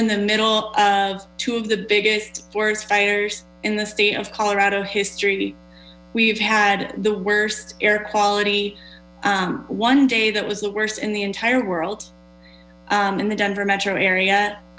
in the middle of two of the biggest forest fires in the state of colorado history we've had the worst air quality one day that was the worst in the entire world in the denver metro area